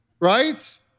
right